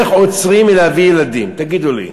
איך עוצרים מלהביא ילדים, תגידו לי.